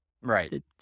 Right